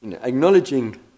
Acknowledging